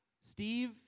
Steve